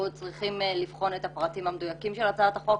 אנחנו צריכים לבחון את הפרטים המדויקים של הצעת החוק.